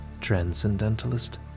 transcendentalist